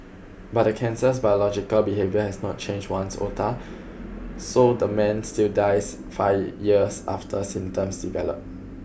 but the cancer's biological behaviour has not changed ones iota so the man still dies five years after symptoms develop